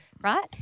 right